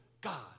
God